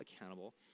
accountable